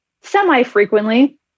Semi-frequently